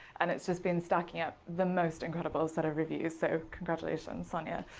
and it's just been stacking up the most incredible set of reviews. so congratulations, sonia.